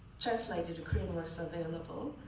translated korean works are available.